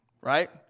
right